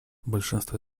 большинстве